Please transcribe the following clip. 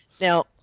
now